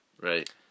Right